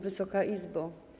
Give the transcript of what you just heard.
Wysoka Izbo!